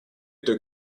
took